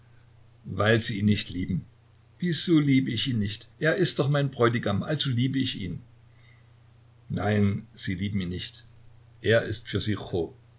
weil sie ihn nicht lieben wieso liebe ich ihn nicht er ist doch mein bräutigam also liebe ich ihn nein sie lieben ihn nicht er ist für sie